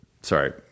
sorry